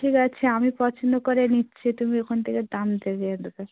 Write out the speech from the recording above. ঠিক আছে আমি পছন্দ করে নিচ্ছি তুমি ওখান থেকে দাম দেবে ওদেরকে